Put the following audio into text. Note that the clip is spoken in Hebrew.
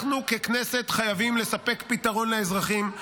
אנחנו ככנסת חייבים לספק פתרון לאזרחים,